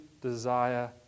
desire